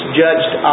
judged